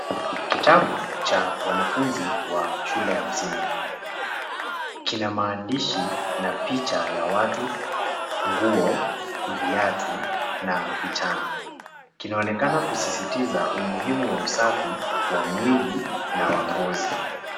Kitabu cha wanafunzi wa shule ya msingi. Kina maandishi na picha ya watu, nguo , viatu na vitana. Kinaonekana kusisitiza umuhimu wa usafi wa miwili na wa ngozi.